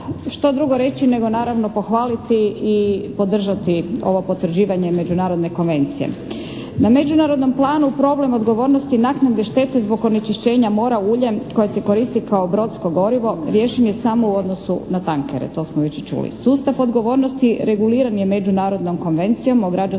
što drugo reći nego naravno pohvaliti i podržati ovo potvrđivanje međunarodne konvencije. Na međunarodnom planu problem odgovornosti naknade štete zbog onečišćenja mora uljem koje se koristi kao brodsko gorivo riješen je samo u odnosu na tankere. To smo već i čuli. Sustav odgovornosti reguliran je Međunarodnom konvencijom o građanskoj